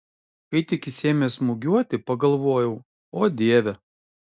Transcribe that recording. kai tik jis ėmė smūgiuoti pagalvojau o dieve